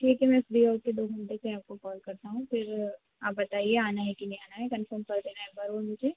ठीक है मैं फ़्री होकर दो घंटे फिर आपको कॉल करता हूँ फिर आप बताइए आना है कि नहीं आना है कंफ़म कर देना एक बार और मुझे